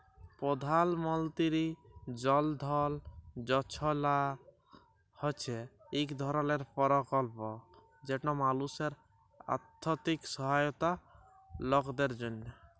পধাল মলতিরি জল ধল যজলা হছে ইক ধরলের পরকল্প যেট মালুসের আথ্থিক সহায়তার লকদের জ্যনহে